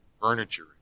furniture